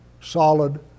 solid